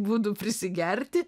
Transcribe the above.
būdu prisigerti